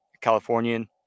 Californian